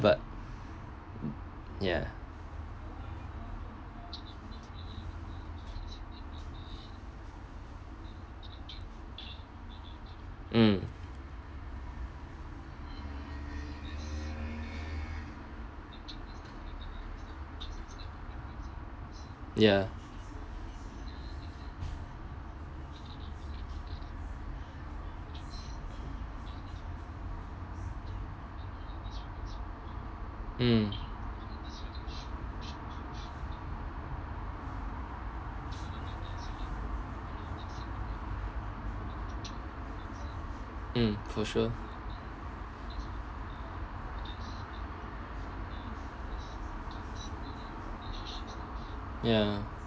but ya mm ya mm mm for sure ya